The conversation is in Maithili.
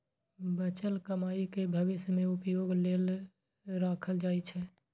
बचल कमाइ कें भविष्य मे उपयोग लेल राखल जाइ छै